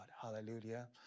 Hallelujah